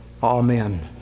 Amen